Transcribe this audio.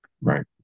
Right